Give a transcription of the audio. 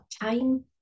time